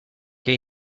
che